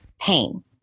pain